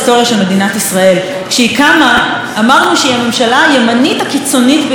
כשהיא קמה אמרנו שהיא הממשלה הימנית הקיצונית ביותר בתולדות ישראל,